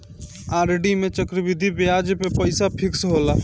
RD में चक्रवृद्धि बियाज पअ पईसा फिक्स होला